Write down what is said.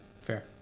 fair